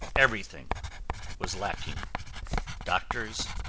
everything was lacking doctors,